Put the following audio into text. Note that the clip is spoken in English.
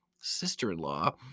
sister-in-law